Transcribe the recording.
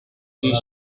dit